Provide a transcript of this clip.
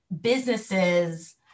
businesses